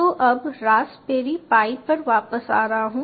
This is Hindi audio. तो अब रास्पबेरी पाई पर वापस आ रहा हूं